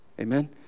Amen